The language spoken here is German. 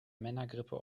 männergrippe